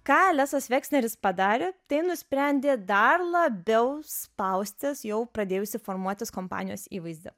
ką lesas veksneris padarė tai nusprendė dar labiau spaustis jau pradėjusį formuotis kompanijos įvaizdį